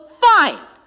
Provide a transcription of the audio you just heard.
fine